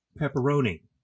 pepperoni